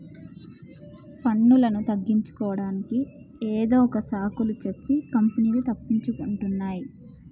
పన్నులను తగ్గించుకోడానికి ఏదొక సాకులు సెప్పి కంపెనీలు తప్పించుకుంటున్నాయ్